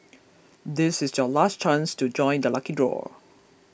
this is your last chance to join the lucky draw